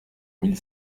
mille